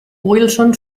wilson